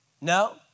No